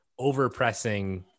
overpressing